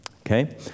Okay